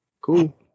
cool